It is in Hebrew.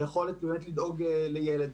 היכולת לדאוג לילד.